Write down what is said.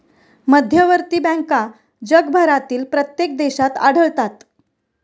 मध्यवर्ती बँका जगभरातील प्रत्येक देशात आढळतात